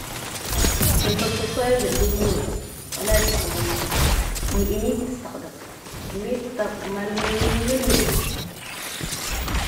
Ensalsa souyga gerbomonui, wala istakhdamo we imed istakhdamro imedta malil iedero.